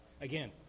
Again